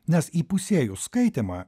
nes įpusėjus skaitymą